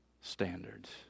standards